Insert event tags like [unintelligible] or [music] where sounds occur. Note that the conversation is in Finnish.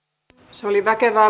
se oli väkevää [unintelligible]